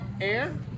air